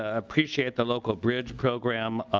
appreciate the local bridge program.